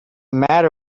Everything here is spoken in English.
matter